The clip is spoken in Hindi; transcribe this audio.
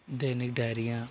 दैनिक डायरियाँ